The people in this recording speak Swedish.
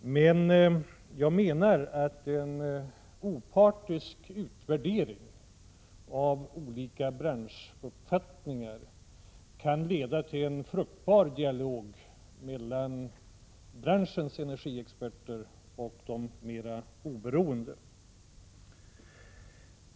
Men jag menar att en opartisk utvärdering av olika branschuppfattningar skulle kunna leda till en fruktbar dialog mellan branschens energiexperter och de mera oberoende energiexperterna.